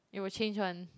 it will change [one]